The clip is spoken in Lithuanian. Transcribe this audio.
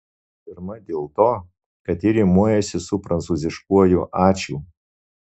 pirma dėl to kad ji rimuojasi su prancūziškuoju ačiū